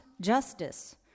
justice